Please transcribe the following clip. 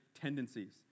tendencies